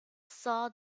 saw